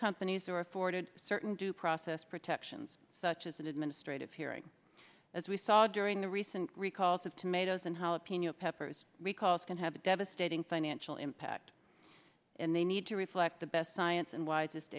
companies are afforded certain due process protections such as an administrative hearing as we saw during the recent recalls of tomatoes and how opinion peppers recalls can have a devastating financial impact and they need to reflect the best science and w